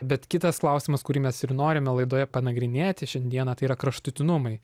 bet kitas klausimas kurį mes ir norime laidoje panagrinėti šiandieną tai yra kraštutinumai